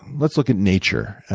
let's look at nature.